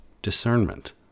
Discernment